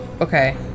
Okay